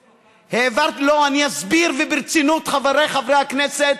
לא, אני אסביר, וברצינות, חבריי חברי הכנסת.